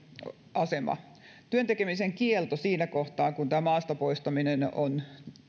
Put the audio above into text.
asema työn tekemisen kielto siinä kohtaa kun maasta poistaminen on